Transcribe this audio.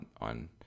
on